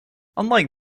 unlike